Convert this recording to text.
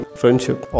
friendship